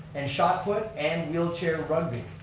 and shot put, and wheelchair rugby.